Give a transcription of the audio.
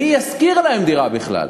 מי ישכיר להן דירה בכלל?